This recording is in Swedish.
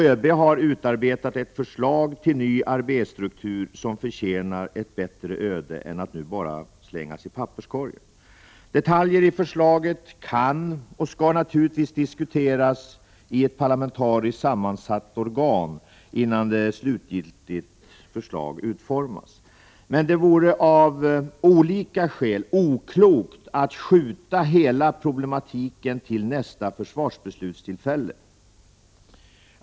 ÖB har utarbetat ett förslag till ny arméstruktur som förtjänar ett bättre öde än att nu bara slängas i papperskorgen. Detaljer i förslaget kan och skall naturligtvis diskuteras i ett parlamentariskt sammansatt organ innan ett slutgiltigt förslag utformas, men det vore av olika skäl oklokt att skjuta hela problematiken till nästa försvarsbeslutstillfälle.